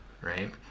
right